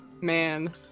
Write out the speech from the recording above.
man